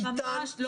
זה ממש לא נכון.